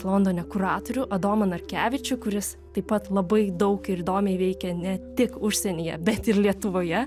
londone kuratorių adomą narkevičių kuris taip pat labai daug ir įdomiai veikia ne tik užsienyje bet ir lietuvoje